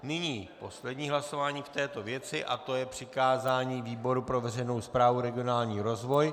Nyní poslední hlasování k této věci a to je přikázání výboru pro veřejnou správu a regionální rozvoj.